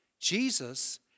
Jesus